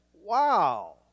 Wow